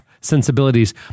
sensibilities